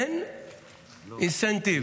אין אינסנטיב